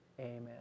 Amen